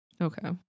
Okay